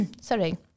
sorry